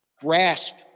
grasp